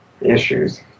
issues